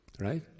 Right